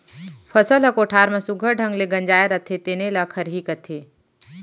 फसल ह कोठार म सुग्घर ढंग ले गंजाय रथे तेने ल खरही कथें